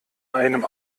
einem